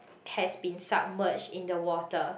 has been submerged in the water